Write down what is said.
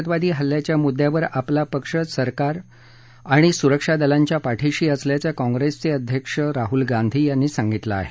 पुलवामा दहशतवादी हल्ल्याच्या मुद्द्यावर आपला पक्ष सरकार आणि सुरक्षा दलांच्या पाठिशी असल्याचं कॉंग्रेस अध्यक्ष राहूल गांधी यांनी सांगितलं आहे